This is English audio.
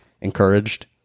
encouraged